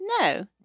No